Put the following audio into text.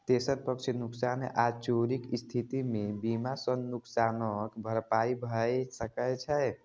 तेसर पक्ष के नुकसान आ चोरीक स्थिति मे बीमा सं नुकसानक भरपाई भए सकै छै